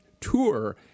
tour